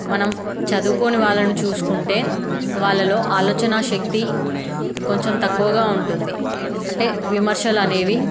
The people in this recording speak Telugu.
మనం చదువుకోని వాళ్ళని చూసుకుంటే వాళ్ళలో ఆలోచనా శక్తి కొంచెం తక్కువగా ఉంటుంది అంటే విమర్శలు అనేవి